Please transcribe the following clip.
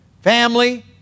Family